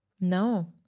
No